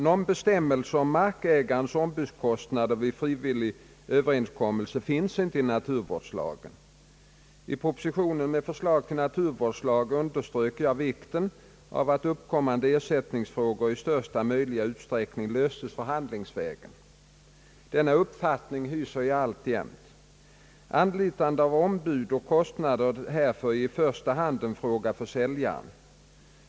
Någon bestämmelse om markägares ombudskostnader vid frivillig överenskommelse finns inte i naturvårdslagen. I propositionen med förslag till naturvårdslag underströk jag vikten av att uppkommande ersättningsfrågor = i största möjliga utsträckning löstes förhandlingsvägen. Denna uppfattning hyser jag alltjämt. Anlitande av ombud och kostnaderna härför är i första hand en fråga för säljaren.